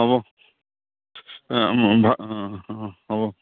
হ'ব অঁ অঁ হ'ব